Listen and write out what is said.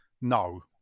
no